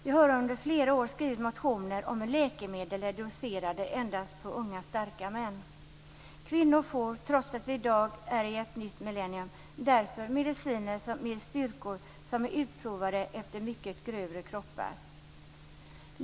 Jag har under flera år skrivit motioner om hur läkemedel är doserade endast efter unga starka män. Kvinnor får därför, trots att vi i dag har ett nytt millennium, mediciner med styrkor som är utprovade efter mycket grövre kroppar.